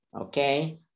Okay